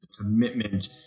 commitment